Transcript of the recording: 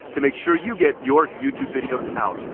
to make sure you get your youtube videos out.